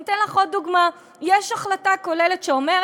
אני אתן לך עוד דוגמה: יש החלטה כוללת שאומרת